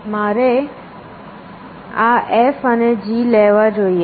મારે આ F અને G લેવા જોઈએ